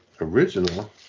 original